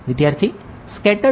વિદ્યાર્થી સ્કેટર્ડ